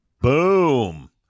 Boom